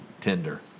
tender